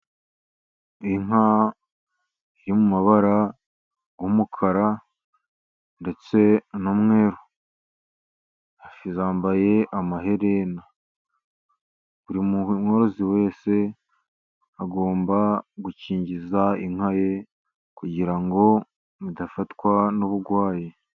Inka yo mu mabara y'umukara ndetse n'umweru, yambaye amaherena. Buri mworozi wese agomba gukingiza inka ye, kugira ngo idafatwa n'uburwayi.